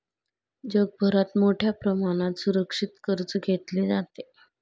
जगभरात मोठ्या प्रमाणात सुरक्षित कर्ज घेतले जाते